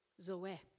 Zoe